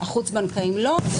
החוץ בנקאיים לא.